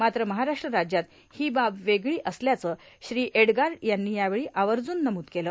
मात्र महाराष्ट्र राज्यात ही बाब वेगळी असल्याचं श्री एडगार्ड यांनी यावेळी आवर्ज्ञन नमूद केलं